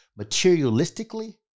materialistically